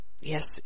yes